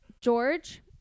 George